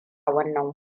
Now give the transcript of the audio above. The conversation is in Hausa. wannan